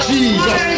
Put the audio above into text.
Jesus